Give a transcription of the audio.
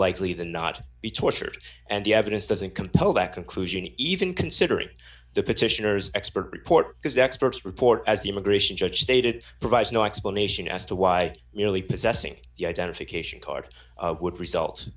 likely than not be tortured and the evidence doesn't compel that conclusion to eat when considering the petitioner's expert report because experts report as the immigration judge stated it provides no explanation as to why nearly possessing the identification card would result